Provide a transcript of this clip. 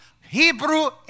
Hebrew